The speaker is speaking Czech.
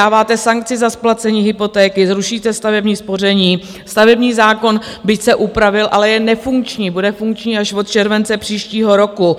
Dáváte sankci za splacení hypotéky, zrušíte stavební spoření, stavební zákon, byť se upravil, ale je nefunkční, bude funkční až od července příštího roku.